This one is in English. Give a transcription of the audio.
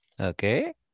Okay